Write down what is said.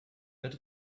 that